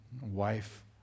wife